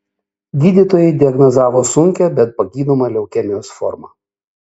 gydytojai diagnozavo sunkią bet pagydomą leukemijos formą